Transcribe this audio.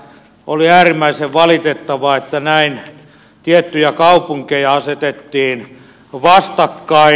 oli äärimmäisen valitettavaa että näin tiettyjä kaupunkeja asetettiin vastakkain